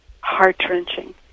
heart-wrenching